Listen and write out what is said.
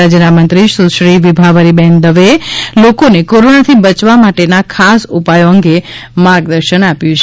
રાજ્યના મંત્રી સુશ્રી વિભાવરીબેન દવેએ લોકોને કોરોનાથી બચવાના ખાસ ઉપાયો અંગે માર્ગદર્શન આપ્યું છે